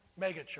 megachurch